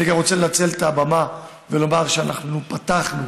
אני גם רוצה לנצל את הבמה ולומר שאנחנו פתחנו